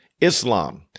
Islam